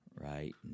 right